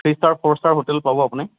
three star four star hotel পাব আপুনি